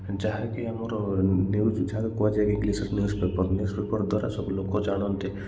ଯାହାକି ଆମର ନ୍ୟୁଜ୍ ଯାହାକି କୁହାଯାଏ କି ଇଂଲିଶ୍ରେ ନ୍ୟୁଜ୍ପେପର୍ ନ୍ୟୁଜ୍ପେପର୍ ଦ୍ଵାରା ସବୁ ଲୋକ ଜାଣନ୍ତି